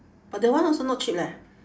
but that one also not cheap leh